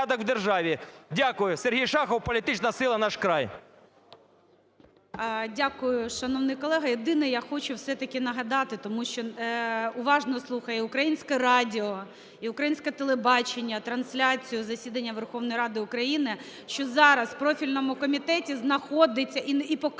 Дякую. Сергій Шахов, політична сила "Наш край".